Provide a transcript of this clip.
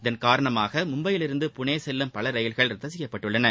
இதன்காரணமாக மும்பையிலிருந்து புனே செல்லும் பல ரயில்கள் ரத்து செய்யப்பட்டுள்ளன